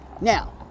now